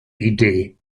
idee